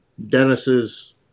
Dennis's